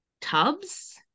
tubs